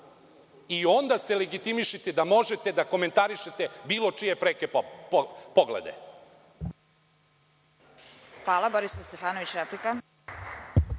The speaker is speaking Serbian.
Onda se legitimišite da možete da komentarišete bilo čije preke poglede.